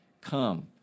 Come